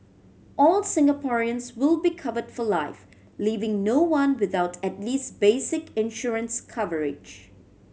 all Singaporeans will be covered for life leaving no one without at least basic insurance coverage